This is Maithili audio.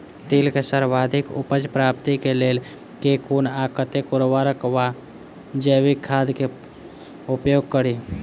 तिल केँ सर्वाधिक उपज प्राप्ति केँ लेल केँ कुन आ कतेक उर्वरक वा जैविक खाद केँ उपयोग करि?